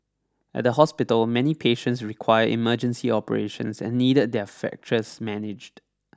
at the hospital many patients required emergency operations and needed their fractures managed